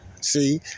See